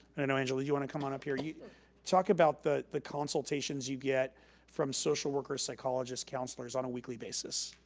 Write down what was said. and know, angela, do you wanna come on up here? you talk about the the consultations you get from social workers, psychologists, counselors on a weekly basis.